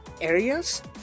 areas